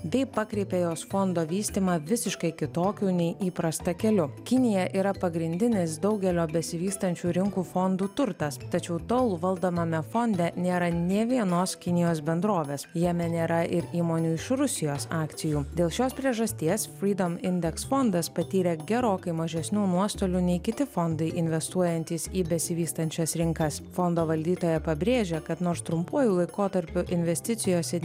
bei pakreipė jos fondo vystymą visiškai kitokiu nei įprasta keliu kinija yra pagrindinis daugelio besivystančių rinkų fondų turtas tačiau tol valdomame fonde nėra nė vienos kinijos bendrovės jame nėra ir įmonių iš rusijos akcijų dėl šios priežasties frydom indekso fondas patyrė gerokai mažesnių nuostolių nei kiti fondai investuojantys į besivystančias rinkas fondo valdytoja pabrėžia kad nors trumpuoju laikotarpiu investicijos ir